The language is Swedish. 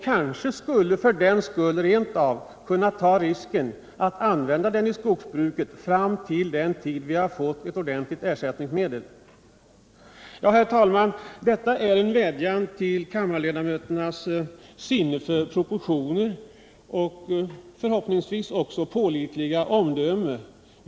Kanske skulle vi därför rent av ta risken att använda det i skogsbruket fram till den tid då vi har fått ett ordentligt ersättningsmedel. Detta är en vädjan till kammarledamöternas sinne för proportioner och förhoppningsvis också deras pålitliga omdöme.